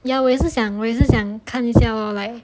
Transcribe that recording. ya 我也是想我也是想看一下 lor like